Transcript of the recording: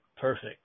Perfect